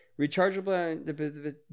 rechargeable